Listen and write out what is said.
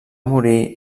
morir